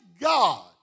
God